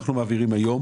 אנחנו מעבירים היום